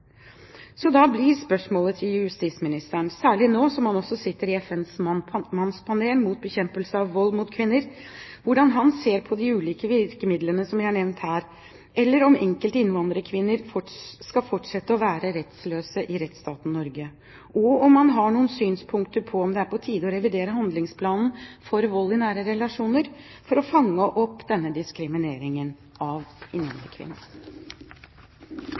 Da blir spørsmålet til justisministeren, særlig nå som han også sitter i FNs mannspanel mot bekjempelse av vold mot kvinner, hvordan han ser på de ulike virkemidlene som jeg har nevnt her, eller om enkelte innvandrerkvinner skal fortsette å være rettsløse i rettsstaten Norge. Og har han noen synspunkter på om det er på tide å revidere handlingsplanen for vold i nære relasjoner, for å fange opp denne diskrimineringen av innvandrerkvinner?